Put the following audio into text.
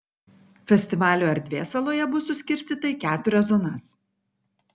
festivalio erdvė saloje bus suskirstyta į keturias zonas